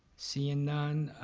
seeing none,